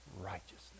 Righteousness